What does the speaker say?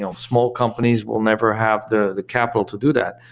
um small companies will never have the the capital to do that.